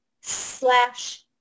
slash